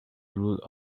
rule